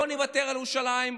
לא נוותר על ירושלים,